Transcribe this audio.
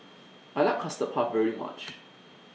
I like Custard Puff very much